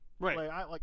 Right